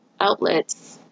outlets